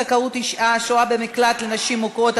זכאות אישה השוהה במקלט לנשים מוכות),